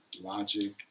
Logic